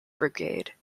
brigade